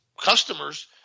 customers